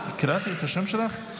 בבקשה.